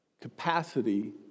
capacity